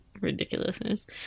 Ridiculousness